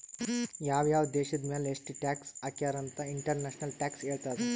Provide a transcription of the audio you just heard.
ಯಾವ್ ಯಾವ್ ದೇಶದ್ ಮ್ಯಾಲ ಎಷ್ಟ ಟ್ಯಾಕ್ಸ್ ಹಾಕ್ಯಾರ್ ಅಂತ್ ಇಂಟರ್ನ್ಯಾಷನಲ್ ಟ್ಯಾಕ್ಸ್ ಹೇಳ್ತದ್